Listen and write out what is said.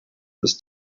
this